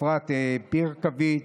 אפרת פיקרביץ,